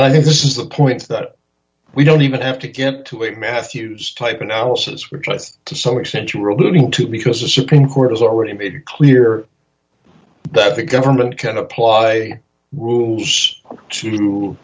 and i think this is the point that we don't even have to get to a matthews type analysis which was to some extent you were alluding to because the supreme court has already made it clear that the government can apply rules to